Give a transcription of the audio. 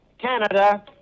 Canada